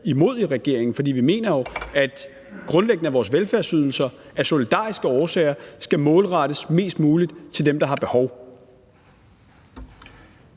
imod i regeringen, fordi vi jo grundlæggende mener, at vores velfærdsydelser af solidariske årsager skal målrettes mest muligt til dem, der har behov